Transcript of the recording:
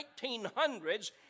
1900s